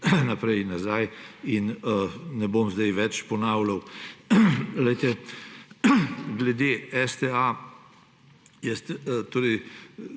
naprej in nazaj in ne bom zdaj več ponavljal. Glede STA,